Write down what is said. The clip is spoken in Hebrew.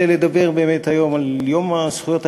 כל הכבוד.